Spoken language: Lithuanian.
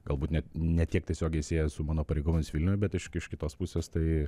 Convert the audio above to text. galbūt net ne tiek tiesiogiai siejas su mano pareigomis vilniuj bet iš kitos pusės tai